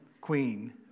Queen